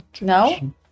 No